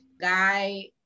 Guy